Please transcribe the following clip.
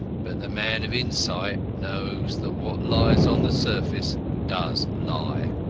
but the man of insight knows that what lies on the surface does lie.